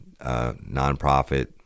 Nonprofit